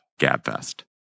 GabFest